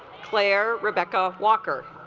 player rebecca walker